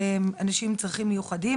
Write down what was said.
באנשים עם צרכים מיוחדים.